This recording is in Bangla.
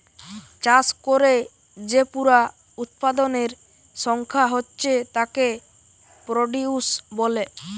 চাষ কোরে যে পুরা উৎপাদনের সংখ্যা হচ্ছে তাকে প্রডিউস বলে